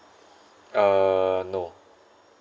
uh no